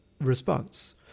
response